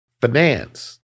finance